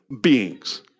beings